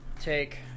Take